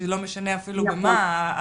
לא משנה אפילו במה,